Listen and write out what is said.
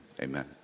amen